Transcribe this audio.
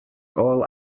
all